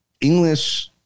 English